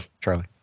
Charlie